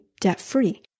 debt-free